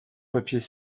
papiers